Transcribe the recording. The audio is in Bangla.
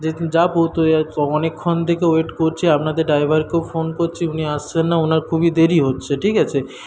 যেহেতু যাব তো অনেকক্ষণ থেকে ওয়েট করছি আপনাদের ড্রাইভারকেও ফোন করছি উনি আসছেন না উনার খুবই দেরি হচ্ছে ঠিক আছে